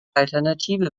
alternative